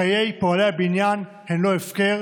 חיי פועלי הבניין הם לא הפקר,